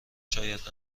شاید